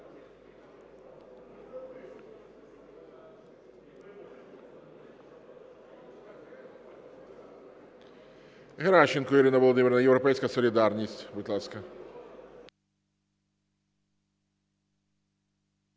Геращенко Ірина Володимирівна, "Європейська солідарність". Будь ласка.